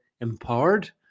empowered